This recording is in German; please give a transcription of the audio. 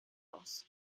aus